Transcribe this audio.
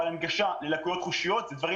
אבל הנגשה ללקויות חושיות אלה דברים